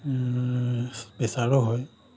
প্ৰেচাৰো হয়